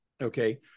okay